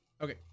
Okay